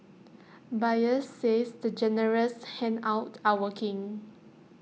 buyers says the generous handouts are working